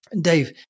Dave